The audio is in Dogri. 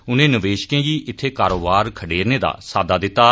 उनें निवेशकें गी इत्थें कारोबार खडेरने दा साद्दा दित्ता